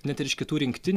net iš kitų rinktinių